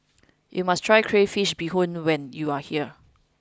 you must try Crayfish Beehoon when you are here